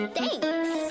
Thanks